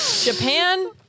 Japan